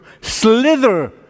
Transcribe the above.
slither